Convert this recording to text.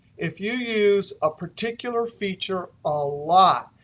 if you use a particular feature a lot,